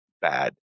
bad